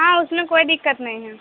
ہاں اس میں کوئی دقت نہیں ہے